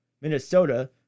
Minnesota